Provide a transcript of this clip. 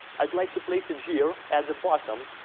i'd like to place it here at the bottom.